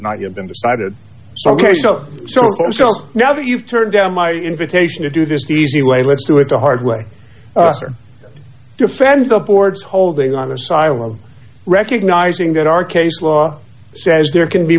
not yet been decided ok so so now that you've turned down my invitation to do this the easy way let's do it the hard way or defend the board's holding on asylum recognizing that our case law says there can be